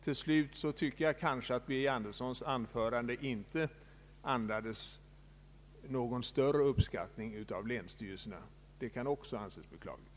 Till slut tycker jag kanske att herr Birger Anderssons anförande inte vititnar om någon större uppskattning av länsstyrelserna, vilket också det kan anses beklagligt.